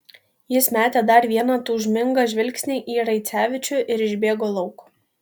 jis metė dar vieną tūžmingą žvilgsnį į raicevičių ir išbėgo lauk